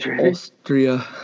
Austria